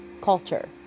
culture